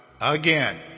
again